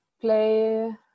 play